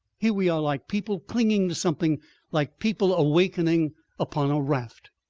here we are like people clinging to something like people awakening upon a raft.